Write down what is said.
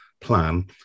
plan